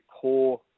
poor